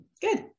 Good